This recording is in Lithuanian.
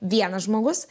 vienas žmogus